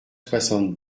soixante